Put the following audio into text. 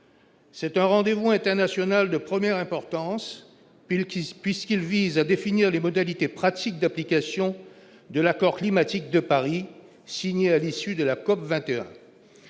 C'est un rendez-vous international de première importance, Bill puisqu'il vise à définir les modalités pratiques d'application de l'accord climatique de Paris signé à l'issue de la COP 21,